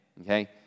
Okay